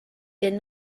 did